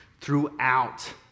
throughout